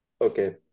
okay